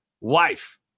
Wife